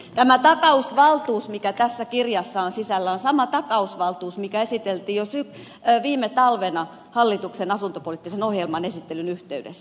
tämä takausvaltuus joka tässä kirjassa on sisällä on sama takausvaltuus joka esiteltiin jo viime talvena hallituksen asuntopoliittisen ohjelman esittelyn yhteydessä